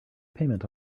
payment